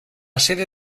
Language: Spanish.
sede